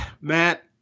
matt